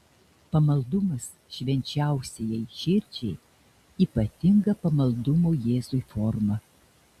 pamaldumas švenčiausiajai širdžiai ypatinga pamaldumo jėzui forma